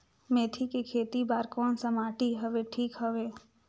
मेथी के खेती बार कोन सा माटी हवे ठीक हवे?